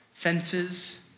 Fences